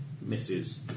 misses